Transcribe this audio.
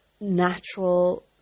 natural